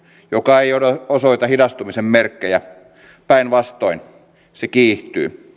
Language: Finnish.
joka ei osoita hidastumisen merkkejä päinvastoin se kiihtyy